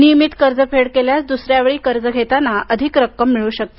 नियमित कर्ज फेड केल्यास दुसऱ्या वेळी कर्ज घेताना अधिक रक्कम मिळू शकते